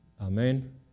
Amen